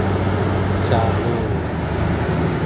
ᱪᱟᱞᱩ